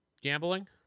Gambling